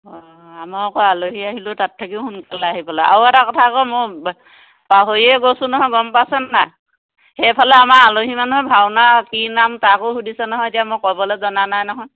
অঁ আমাৰ আকৌ আলহী আহিলেও তাত থাকি সোনকালে আহিবলৈ আও এটা কথা আকৌ মই পাহৰিয়েই গৈছোঁ নহয় গম পাইছনে নাই সেইফালে আমাৰ আলহী মানুহ ভাওনা কি নাম তাকো সুধিছে নহয় এতিয়া মই ক'বলৈ জনা নাই নহয়